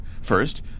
First